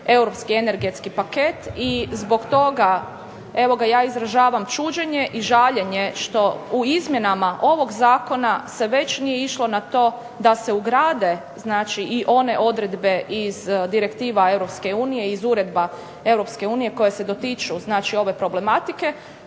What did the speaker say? europski energetski paket, i zbog toga evo ga ja izražavam čuđenje i žaljenje što u izmjenama ovog zakona se već nije išlo na to da se ugrade znači i one odredbe iz direktiva Europske unije, iz uredba Europske unije koje se dotiču znači ove problematike,